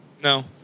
no